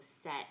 set